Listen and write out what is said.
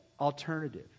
alternative